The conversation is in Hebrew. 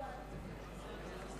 או שם.